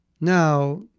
Now